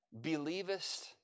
Believest